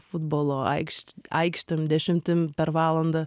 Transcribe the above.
futbolo aikš aikštėm dešimtim per valandą